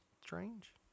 strange